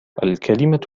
الكلمة